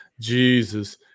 Jesus